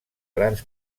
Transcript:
grans